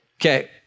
Okay